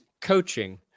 coaching